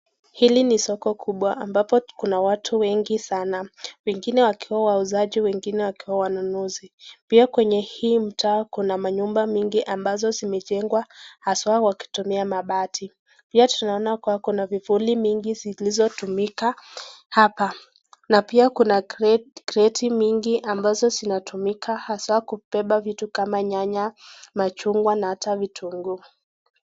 Hili ni soko kubwa ambapo kuna watu wengi sana. wengine wakiwa wauzaji wengine wakiwa wanunuzi. Pia kwenye hii mtaa kuna manyumba mingi ambazo zimejengwa haswa wakitumia mabati. Pia tunaona kuwa kuna vivuli mingi zilizotumika hapa.na pia kuna crate kreti mingi ambazo zinatumika haswa kubeba vitu kama nyanya, machungwa na hata vitunguu.